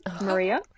Maria